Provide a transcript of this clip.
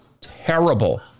terrible